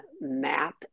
map